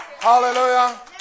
Hallelujah